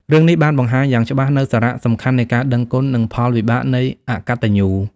រឿងនេះ បានបង្ហាញយ៉ាងច្បាស់នូវសារៈសំខាន់នៃការដឹងគុណនិងផលវិបាកនៃការអកតញ្ញូ។